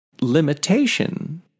limitation